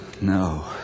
No